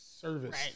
service